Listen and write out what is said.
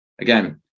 Again